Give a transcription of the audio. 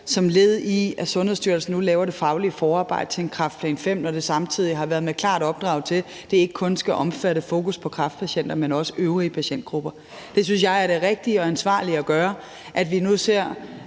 som led i, at Sundhedsstyrelsen nu laver det faglige forarbejde til kræftplan V, når det samtidig har været med klart opdrag til, at det ikke kun skal omfatte fokus på kræftpatienter, men også øvrige patientgrupper. Det synes jeg er det rigtige og ansvarlige at gøre, altså at vi nu ser,